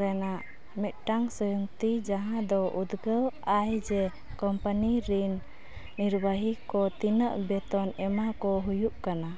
ᱨᱮᱱᱟᱜ ᱢᱤᱫᱴᱟᱝ ᱥᱚᱭᱩᱠᱛᱤ ᱡᱟᱦᱟᱱᱟᱜ ᱩᱫᱽᱜᱟᱹᱣ ᱟᱭ ᱡᱮ ᱠᱳᱢᱯᱟᱱᱤ ᱨᱤᱱ ᱱᱤᱨᱵᱟᱦᱤ ᱠᱚ ᱛᱤᱱᱟᱹᱜ ᱵᱮᱛᱚᱱ ᱮᱢᱟ ᱠᱚ ᱦᱩᱭᱩᱜ ᱠᱟᱱᱟ